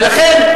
ולכן,